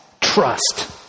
trust